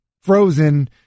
frozen